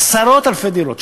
עשרות-אלפי דירות.